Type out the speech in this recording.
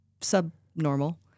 subnormal